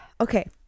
Okay